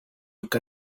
look